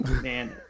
Man